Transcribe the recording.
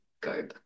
go